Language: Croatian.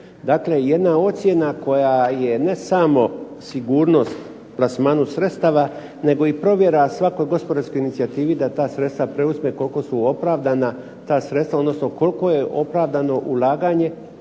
dakle jedna ocjena koja je ne samo sigurnost plasmanu sredstava, nego i provjera svakoj gospodarskoj inicijativi da ta sredstva preuzme, koliko su opravdana ta sredstva odnosno koliko je opravdano ulaganje,